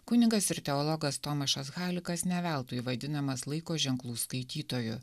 kunigas ir teologas tomašas halikas ne veltui vadinamas laiko ženklų skaitytoju